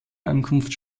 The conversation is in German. ankunft